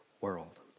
world